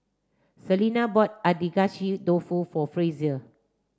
Selena bought Agedashi Dofu for Frazier